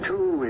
Two